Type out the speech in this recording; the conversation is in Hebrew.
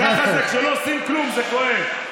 ככה זה, כשלא עושים כלום, זה כואב.